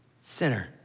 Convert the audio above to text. sinner